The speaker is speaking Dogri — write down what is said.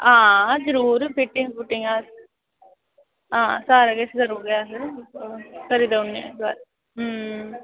हां जरूर फिटिंग फुटिंग अस हां सारा किश करी ओड़ने अस हां करी देई ओड़ने बस